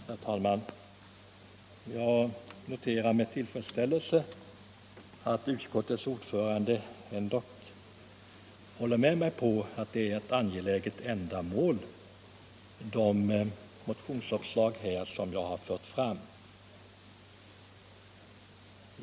Herr talman! Jag noterar med tillfredsställelse att utskottets ordförande ändå håller med mig om att de motionsförslag som jag har fört fram avser angelägna ändamål.